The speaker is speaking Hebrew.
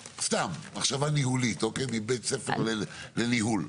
סתם, מחשבה ניהולית, מבית ספר לניהול,